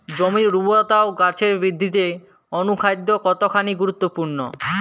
জমির উর্বরতা ও গাছের বৃদ্ধিতে অনুখাদ্য কতখানি গুরুত্বপূর্ণ?